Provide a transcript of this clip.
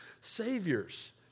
saviors